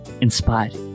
inspired